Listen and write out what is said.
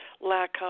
lack